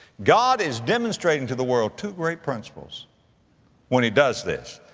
god is demonstrating to the world two great principles when he does this.